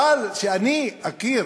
אבל שאני אכיר